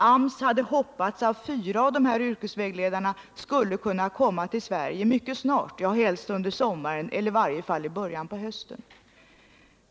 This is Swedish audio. AMS hade hoppats att fyra av yrkesvägledarna skulle kunna komma till Sverige mycket snart, helst redan under sommaren eller i varje fall i början på hösten.